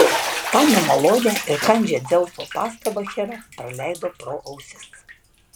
tą nemalonią ir kandžią dzeuso pastabą hera praleido pro ausis